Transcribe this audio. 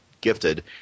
gifted